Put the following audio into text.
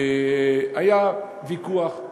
היה ויכוח.